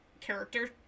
character